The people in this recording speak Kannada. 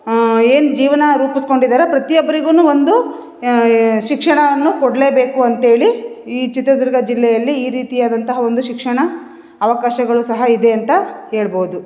ಏನು ಜೀವನ ರೂಪಿಸ್ಕೊಂಡಿದ್ದಾರೊ ಪ್ರತಿಯೊಬ್ಬರಿಗೂ ಒಂದು ಶಿಕ್ಷಣವನ್ನು ಕೊಡಲೇಬೇಕು ಅಂಥೇಳಿ ಈ ಚಿತ್ರದುರ್ಗ ಜಿಲ್ಲೆಯಲ್ಲಿ ಈ ರೀತಿಯಾದಂತಹ ಒಂದು ಶಿಕ್ಷಣ ಅವಕಾಶಗಳು ಸಹ ಇದೆ ಅಂತ ಹೇಳ್ಬೋದು